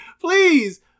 Please